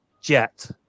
Jet